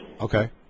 Okay